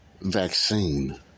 vaccine